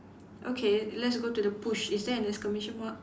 okay let's go to the push is there an exclamation mark